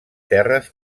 terres